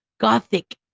gothic